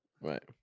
Right